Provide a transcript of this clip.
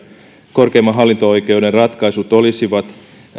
korkeimman hallinto oikeuden ratkaisut olisivat